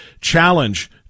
challenge